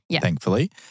thankfully